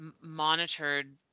monitored